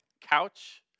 Couch